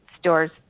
stores